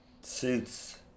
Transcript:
suits